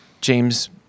James